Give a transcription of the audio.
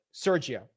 Sergio